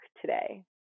today